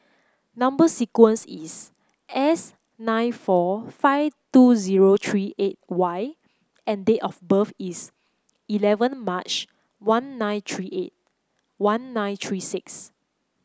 number sequence is S nine four five two zero three eight Y and date of birth is eleven March one nine three eight one nine three six